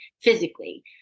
physically